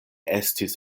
estis